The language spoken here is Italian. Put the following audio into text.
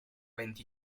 venti